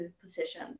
position